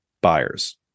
buyers